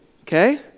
okay